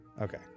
Okay